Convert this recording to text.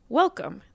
welcome